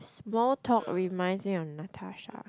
more talk remind me on Natasha